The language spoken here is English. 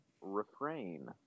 Refrain